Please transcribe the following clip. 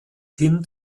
hin